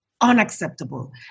Unacceptable